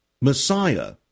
Messiah